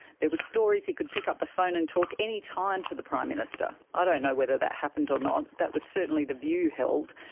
there were stories he could pick up the phone and talk anytime to the prime minister. i don't know whether that happened or not. that was certainly the view held.